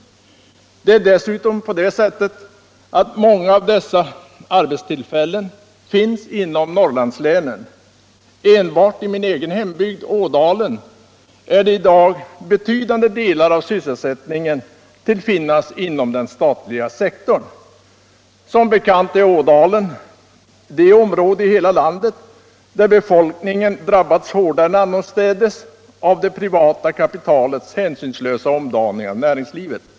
Det är dessutom på det sättet att många av dessa arbetstillfällen finns inom Norrlandslänen. Enbart i min egen hembygd, Ådalen, är i dag betydande delar av sysselsättningen tillfinnandes inom den statliga sektorn. Som bekant är Ådalen det område där befolkningen drabbats hårdare än annorstädes i hela landet av det privata kapitalets hänsynslösa omdaning av näringslivet.